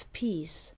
peace